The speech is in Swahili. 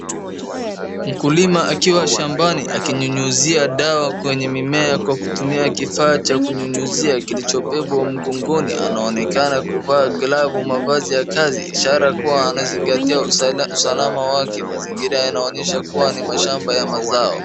Mkulima akiwa shambani, akinyunyizia dawa kwenye mimea kwa kutumia kifaa cha kunyinyizia kilichobebwa mgongoni, anaonekana kuvaa glavu mavazi ya kazi, ishara kuwa anazingatia usalama wake, mazingira yanaonyesha kuwa ni mashamba ya mazao.